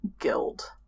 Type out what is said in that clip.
guild